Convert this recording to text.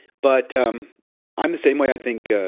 but um on the same way, i think, ah